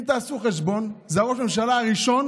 אם תעשו חשבון, זה ראש הממשלה הראשון